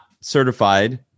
certified